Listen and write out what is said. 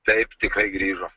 taip tikrai grįžo